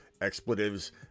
expletives